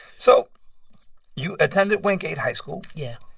so you attended wingate high school yeah.